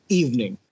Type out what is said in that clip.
evening